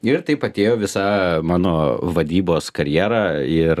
ir taip atėjo visa mano vadybos karjera ir